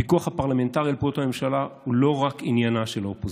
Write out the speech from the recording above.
הפיקוח הפרלמנטרי על פעולות הממשלה הוא לא רק עניינה של האופוזיציה.